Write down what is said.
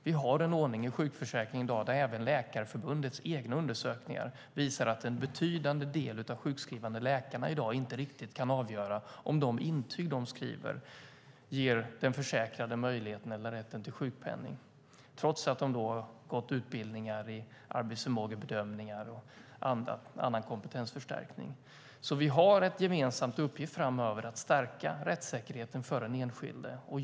När det gäller den ordning i sjukförsäkringen som vi har i dag visar även Läkarförbundets egna undersökningar att en betydande del av de sjukskrivande läkarna i dag inte riktigt kan avgöra om de intyg som de skriver ger den försäkrade möjligheten eller rätten till sjukpenning, trots att de har gått utbildningar i arbetsförmågebedömning och annan kompetensförstärkning. Vi har en gemensam uppgift framöver att stärka rättssäkerheten för den enskilde.